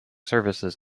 services